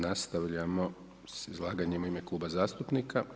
Nastavljamo s izlaganjem u ime kluba zastupnika.